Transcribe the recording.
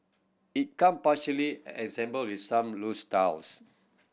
it came partially assembled with some loose tiles